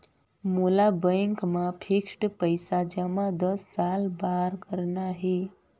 मोला बैंक मा फिक्स्ड पइसा जमा दस साल बार करना हे?